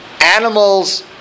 animals